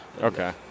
Okay